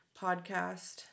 Podcast